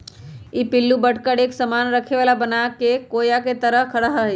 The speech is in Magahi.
ई पिल्लू बढ़कर एक सामान रखे वाला बनाके कोया के तरह रहा हई